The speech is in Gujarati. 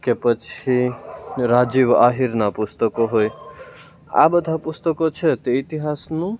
કે પછી રાજીવ આહિરના પુસ્તકો હોય આ બધાં પુસ્તકો છે તે ઇતિહાસનું